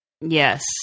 Yes